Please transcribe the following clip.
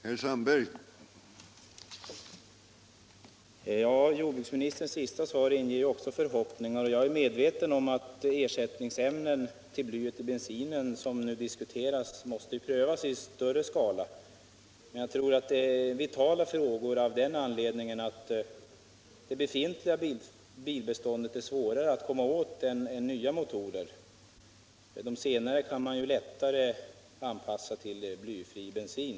Herr talman! Jordbruksministerns sista svar inger också förhoppningar. Jag är medveten om att de ersättningsämnen för blyet i bensinen som nu diskuteras måste prövas i större skala. Jag tror att detta är vitala frågor av den anledningen att det befintliga bilbeståndet är svårare att komma åt än nya motorer. De senare kan man lättare anpassa till en blyfri bensin.